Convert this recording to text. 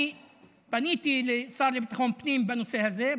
אני פניתי לשר לביטחון פנים בר לב בנושא הזה.